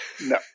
No